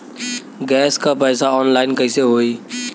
Gas क पैसा online कइसे होई?